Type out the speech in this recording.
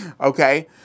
Okay